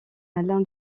alain